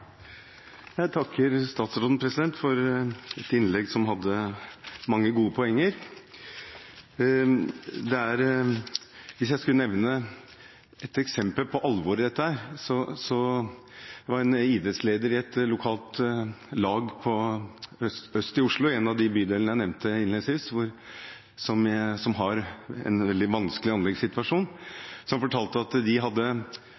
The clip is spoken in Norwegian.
Jeg takker statsråden for et innlegg med mange gode poenger. Jeg vil nevne et eksempel på alvoret i dette. Det var en idrettsleder i et lokalt lag øst i Oslo – i en av bydelene jeg nevnte innledningsvis, og som har en veldig vanskelig anleggssituasjon – som fortalte at flere veldig talentfulle fotballspillere, som hadde